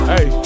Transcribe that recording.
Hey